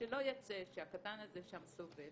שלא יצא שהקטן סובל,